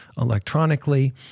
electronically